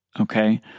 okay